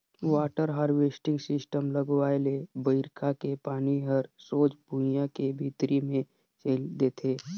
water harvesting system लगवाए ले बइरखा के पानी हर सोझ भुइयां के भीतरी मे चइल देथे